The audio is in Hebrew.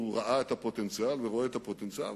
ראה את הפוטנציאל ורואה את הפוטנציאל,